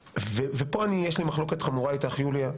פה יש לי מחלוקת חמורה איתך, יוליה.